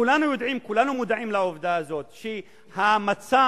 כולנו מודעים לעובדה הזאת שהמצב